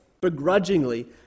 begrudgingly